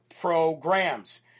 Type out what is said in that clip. programs